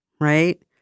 right